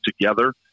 together